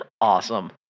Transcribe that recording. awesome